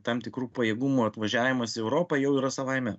tam tikrų pajėgumų atvažiavimas į europą jau yra savaime